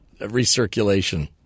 recirculation